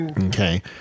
Okay